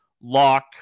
Lock